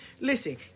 Listen